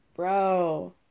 Bro